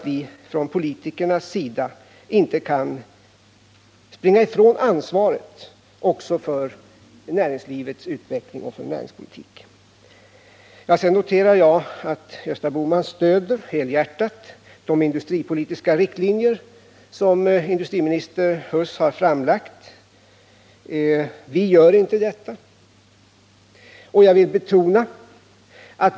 Vi politiker kan därför inte springa ifrån ansvaret för näringslivets utveckling och för näringspolitiken. Jag noterar att Gösta Bohman helhjärtat stöder de industripolitiska riktlinjer som industriminister Huss framlagt. Vi gör det inte.